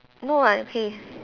no [what] okay